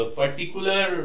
particular